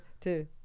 two